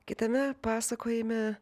kitame pasakojime